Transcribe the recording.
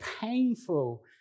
painful